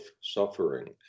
suffering